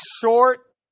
short